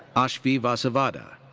aashvi vasavada.